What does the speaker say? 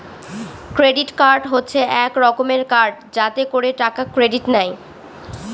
credit card হচ্ছে এক রকমের কার্ড যাতে করে টাকা ক্রেডিট নেয়